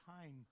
time